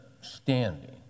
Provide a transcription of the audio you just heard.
standing